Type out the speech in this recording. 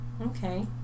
okay